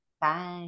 bye